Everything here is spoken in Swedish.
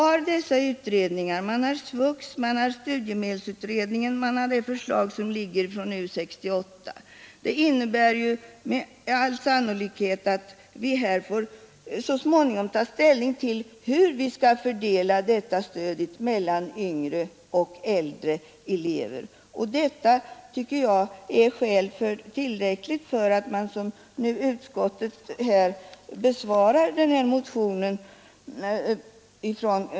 SVUX, studiemedelsutredningen och U 68 innebär med all sannolikhet att vi så småningom får ta ställning till hur vi skall fördela stödet mellan yngre och äldre elever. Detta tycker jag är skäl tillräckligt för att, som utskottet nu gör, besvara vpk-motionen.